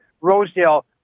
Rosedale